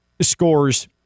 scores